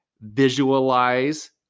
Visualize